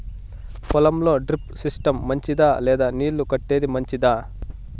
పొలం లో drip system మంచిదా లేదా నీళ్లు కట్టేది మంచిదా?